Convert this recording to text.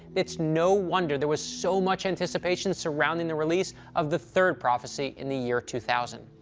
it's no wonder there was so much anticipation surrounding the release of the third prophecy in the year two thousand.